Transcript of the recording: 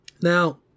Now